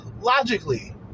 logically